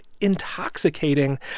intoxicating